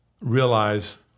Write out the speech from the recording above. realize